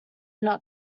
not